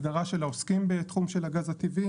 הסדרה של העוסקים בתחום של הגז הטבעי.